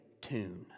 tune